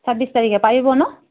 ছাব্বিছ তাৰিখে পাৰিব ন